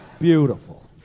Beautiful